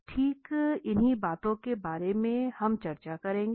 ठीक इन्हीं बातों के बारे में हम चर्चा करेंगे